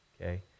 Okay